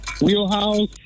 Wheelhouse